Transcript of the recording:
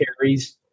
carries